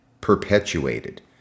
perpetuated